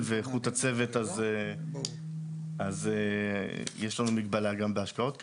ואיכות הצוות אז יש לנו מגבלה גם בהשקעות כאלה.